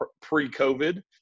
pre-COVID